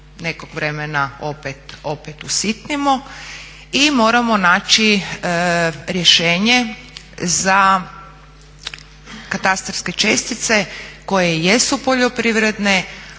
nekog vremena opet usitnimo i moramo naći rješenje za katastarske čestice koje jesu poljoprivredne,